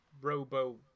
robo